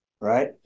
right